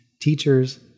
teachers